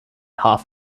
half